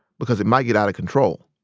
because it might get out of control.